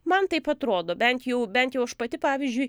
man taip atrodo bent jau bent jau aš pati pavyzdžiui